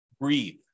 Breathe